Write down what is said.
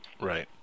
Right